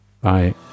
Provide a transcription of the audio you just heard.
Bye